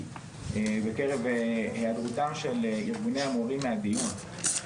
בגלל היעדרותם של גורמי המורים מהדיון.